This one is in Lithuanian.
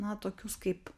na tokius kaip